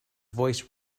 voice